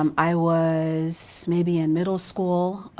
um i was maybe in middle school,